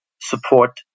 support